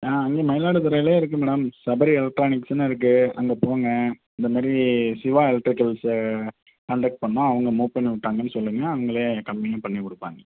ஆ இங்கே மயிலாடுறதுறைல இருக்கு மேடம் சபரி எலக்ட்ரானிக்ஸ்னு இருக்கு அங்கே போங்க இந்தமாரி சிவா எலக்ட்ரிக்கல்ஸ்ஸு கான்ட்டாக்ட் பண்ணோம் அவங்க மூ பண்ணி விட்டாங்கனு சொல்லுங்கள் அவங்களே கம்மியும் பண்ணிக் கொடுப்பாங்க